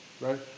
right